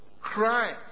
Christ